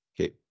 Okay